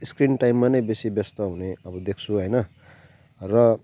screen टाइममा नै बेसी व्यस्त हुने अब देख्छु होइन र